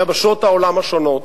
ביבשות העולם השונות,